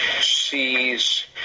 sees